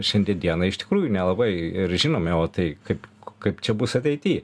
šiandien dienai iš tikrųjų nelabai žinome o tai kaip kaip čia bus ateity